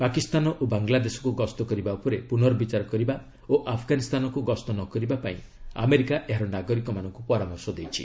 ପାକିସ୍ତାନ ଓ ବାଙ୍ଗ୍ଲାଦେଶକୁ ଗସ୍ତ କରିବା ଉପରେ ପୁନର୍ବିଚାର କରିବା ଓ ଆଫଗାନିସ୍ତାନକୁ ଗସ୍ତ ନ କରିବାପାଇଁ ଆମେରିକା ଏହାର ନାଗରିକମାନଙ୍କୁ ପରାମର୍ଶ ଦେଇଛି